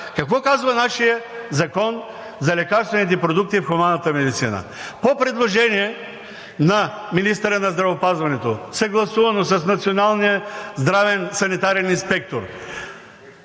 какво казва нашият Закон за лекарствените продукти в хуманната медицина? „По предложение на министъра на здравеопазването съгласувано с Националният здравен санитарен инспектор